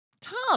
Tom